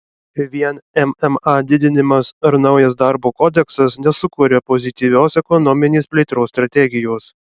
vien mma didinimas ar naujas darbo kodeksas nesukuria pozityvios ekonominės plėtros strategijos